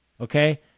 Okay